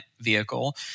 vehicle